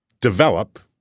develop